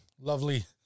Lovely